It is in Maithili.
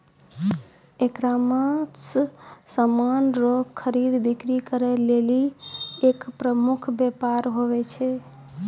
ईकामर्स समान रो खरीद बिक्री करै लेली एक प्रमुख वेपार हुवै छै